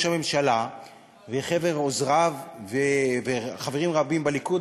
הממשלה וחבר עוזריו וחברים רבים בליכוד,